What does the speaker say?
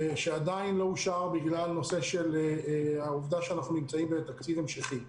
שעדיין לא אושר בגלל העובדה שאנחנו נמצאים בתקציב המשכי: